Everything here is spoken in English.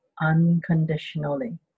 unconditionally